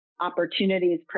opportunities